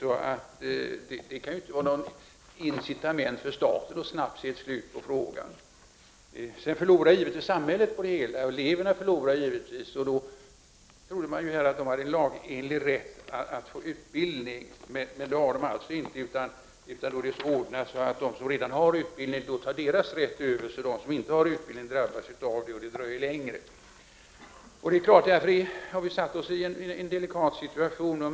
Detta kan inte vara något incitament för staten att snabbt lösa frågan. Samhället förlorar på det hela, och givetvis förlorar eleverna också. Jag trodde att eleverna hade lagenlig rätt till utbildning, men det har de alltså inte. Det är så ordnat att rätten för dem som redan har utbildning tar över så att de som inte har utbildning drabbas och utbildningen fördröjs. Vi har försatt oss i en delikat situation.